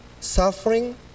suffering